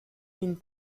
une